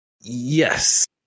Yes